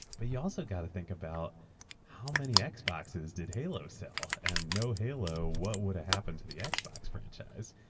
but you also gotta think about how many and xboxes did halo sell. and know halo, what would have happened to the and xbox franchise?